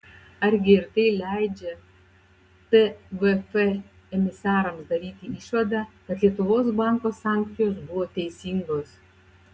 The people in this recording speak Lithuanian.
argi ir tai leidžia tvf emisarams daryti išvadą kad lietuvos banko sankcijos buvo teisingos